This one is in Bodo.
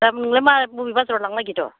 दा नोंलाय मा बबे बाजाराव लांनो नागिरदों